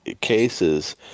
cases